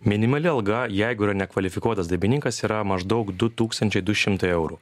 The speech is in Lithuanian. minimali alga jeigu yra nekvalifikuotas darbininkas yra maždaug du tūkstančiai du šimtai eurų